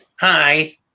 Hi